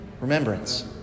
Remembrance